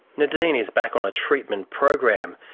nadine is back on a treatment program,